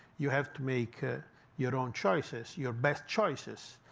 you have to make ah your own choices, your best choices.